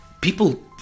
people